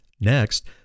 Next